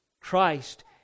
Christ